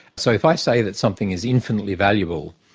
so, if i say that something is infinitely valuable,